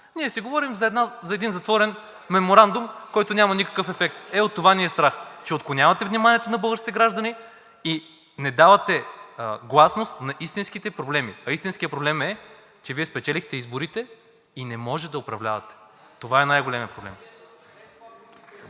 ние си говорим за един затворен меморандум, който няма никакъв ефект. Е, от това ни е страх, че отклонявате вниманието на българските граждани и не давате гласност на истинските проблеми. А истинският проблем е, че Вие спечелихте изборите и не може да управлявате. Това е най големият проблем.